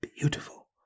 beautiful